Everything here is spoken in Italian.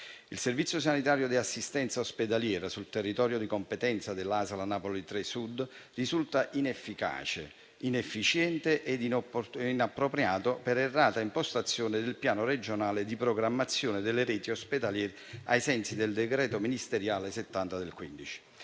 Il servizio sanitario di assistenza ospedaliera sul territorio di competenza della ASL Napoli 3 Sud risulta inefficace, inefficiente e inappropriato per errata impostazione del piano regionale di programmazione della rete ospedaliera ai sensi del decreto ministeriale n. 70 del 2015